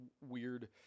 weird